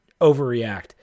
overreact